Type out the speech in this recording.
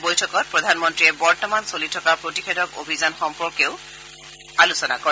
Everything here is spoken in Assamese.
বৈঠকত প্ৰধানমন্ত্ৰীয়ে বৰ্তমান চলি থকা প্ৰতিষেধক অভিযান সম্পৰ্কেও আলোচনা কৰে